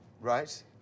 Right